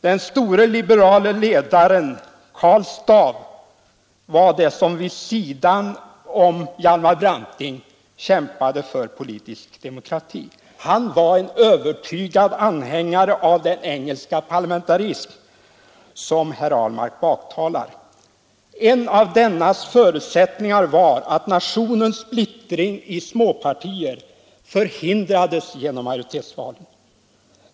Den store liberale ledaren Karl Staaff var den som vid sidan av Hjalmar Branting kämpade för politisk demokrati. Han var en övertygad anhängare av den engelska parlamentarism som herr Ahlmark baktalar. En av förutsättningarna för den var att nationens splittring i småpartier förhindrades genom majoritetsvalen.